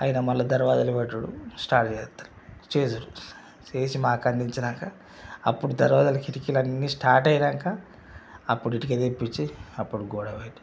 ఆయన మళ్ళా దర్వాజాలు పెట్టుడు స్టార్ట్ చేస్తారు చేసి మాకు అందించినాక అప్పుడు దర్వాజాలకు కిటికీలు అన్నీ స్టార్ట్ అయినాక అప్పుడు ఇటుక తెప్పించి అప్పుడు గోడ పెట్టి